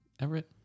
Everett